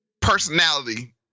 personality